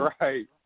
right